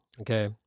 Okay